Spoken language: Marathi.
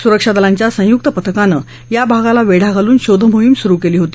सुरक्षा दलांच्या संयुक पथकानं या भागाला वेढा घालून शोध मोहीम सुरु केली होती